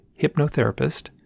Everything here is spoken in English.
hypnotherapist